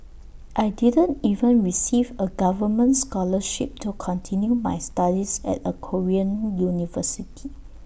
I didn't even receive A government scholarship to continue my studies at A Korean university